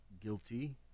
guilty